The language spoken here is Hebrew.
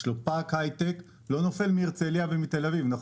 יש בו פארק הייטק שלא נופל מהרצלייה ותל אביב, אבל